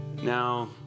Now